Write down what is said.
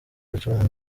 bacuranga